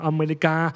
America